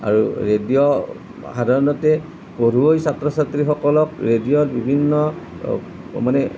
আৰু ৰেডিঅ' সাধাৰণতে পঢ়ুৱৈ ছাত্ৰ ছাত্ৰীসকলক ৰেডিঅ' বিভিন্ন মানে